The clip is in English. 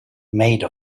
made